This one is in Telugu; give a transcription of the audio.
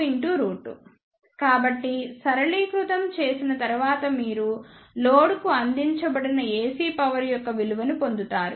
2ICQ22 కాబట్టి సరళీకృతం చేసిన తర్వాత మీరు లోడ్కు అందించబడిన AC పవర్ యొక్క విలువని పొందుతారు